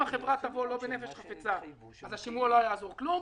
אם החברה תבוא לא בנפש חפצה אז השימוע לא יעזור כלום,